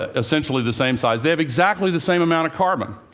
ah essentially the same size. they have exactly the same amount of carbon.